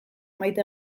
maite